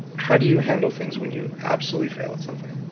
how do you handle things when you absolutely fail at something?